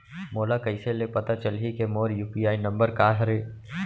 मोला कइसे ले पता चलही के मोर यू.पी.आई नंबर का हरे?